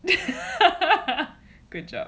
good job